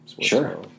Sure